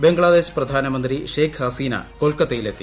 ബംഗ്ലാദേശ് പ്രധാനമന്ത്രി ഷേയ്ഖ് ഹസീന കൊൽക്കത്തയിൽ എത്തി